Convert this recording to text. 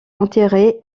enterré